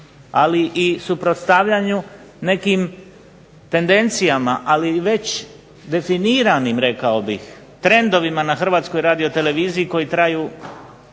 ali i suprotstavljanju nekim tendencijama, ali i već definiranim rekao bih trendovima na Hrvatskoj radioteleviziji koji traju